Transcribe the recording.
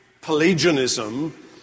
Pelagianism